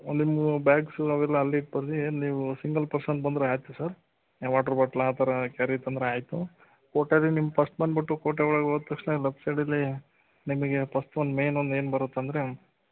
ಅಲ್ಲಿ ಬ್ಯಾಗ್ಸ್ ಅವೆಲ್ಲ ಅಲ್ಲಿಕ್ಬಾರ್ದು ಏನು ನೀವು ಸಿಂಗಲ್ ಪರ್ಸನ್ ಬಂದರೆ ಆಯಿತು ಸರ್ ವಾಟರ್ ಬಾಟ್ಲ್ ಆ ಥರ ಕ್ಯಾರಿ ಇತ್ತಂದ್ರೆ ಆಯಿತು ಕೋಟೆಯಲ್ಲಿ ನೀವು ಫಸ್ಟ್ ಬಂದುಬಿಟ್ಟು ಕೋಟೆ ಒಳಗೋದ ತಕ್ಷಣ ಲೆಫ್ಟ್ ಸೈಡಲ್ಲಿ ನಿಮಗೆ ಫಸ್ಟ್ ಒಂದು ಮೇನ್ ಒಂದೇನು ಬರತ್ತಂದ್ರೆ